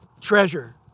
treasure